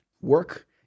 work